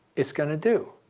it's going to do?